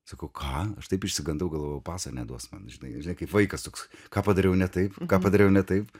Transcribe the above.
sakau ką aš taip išsigandau galvojau paso neduos man žinai kaip vaikas toks ką padariau ne taip ką padariau ne taip